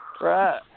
Right